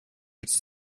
its